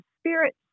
Spirit